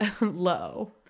low